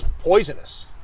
poisonous